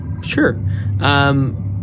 Sure